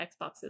Xboxes